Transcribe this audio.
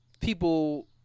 people